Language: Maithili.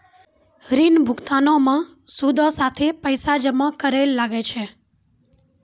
ऋण भुगतानो मे सूदो साथे पैसो जमा करै ल लागै छै